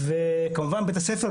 וכמובן בית הספר,